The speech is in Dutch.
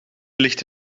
ligt